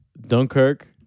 Dunkirk